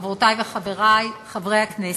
חברותי וחברי חברי הכנסת,